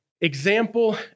example